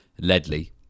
Ledley